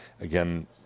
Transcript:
again